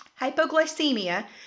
Hypoglycemia